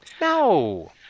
No